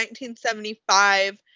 1975